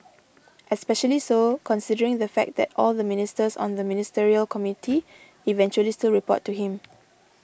especially so considering the fact that all the ministers on the ministerial committee eventually still report to him